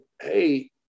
hey